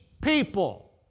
people